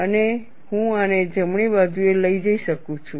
અને હું આને જમણી બાજુએ લઈ જઈ શકું છું